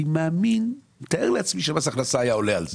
אני מתאר לעצמי שמס הכנסה היה עולה על זה.